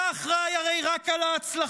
אתה הרי אחראי רק להצלחות,